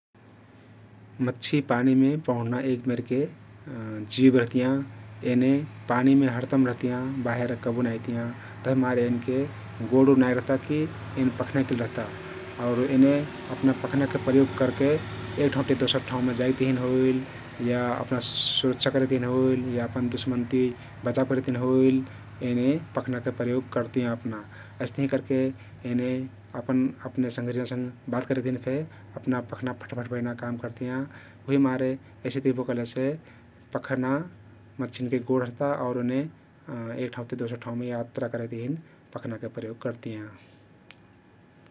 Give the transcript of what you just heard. मछ्छी पानीमे पौंढना एक मेरके जिव रहतियाँ । एने पानीमे हरदम रहतियाँ, बाहिर कबु नाई अइतियाँ। तभिमारे एनके गोडउड नाई रहता कि एन पख्ना केल रहता आउर एने अपना पखनाके प्रयोग करके एक ठाउँति दोसर ठाउँमे जाइक तहिन होइल या अपना सुरक्षा करेक तहिन होइल या अपन दुश्मनति बचाब करेक तहिन होइल एने पखनाके प्रयोग करतियाँ अपना । अस्तहिं करके एने अपनअपने संघरियान संघ बात करेक तहिन फे अपना पखना फट्फट्बैना काम करतियाँ । उहिमारे अइसे दिख्बो कहलेसे पख्ना मछ्छीनके गोड रहता आउर ओइने एक ठाउँति दोसर ठाउँमे यात्रा करेक तहिन पखनाके प्रयोग करतियाँ ।